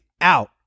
out